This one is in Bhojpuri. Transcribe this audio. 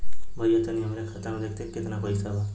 भईया तनि हमरे खाता में देखती की कितना पइसा बा?